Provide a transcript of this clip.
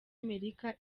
amerika